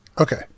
Okay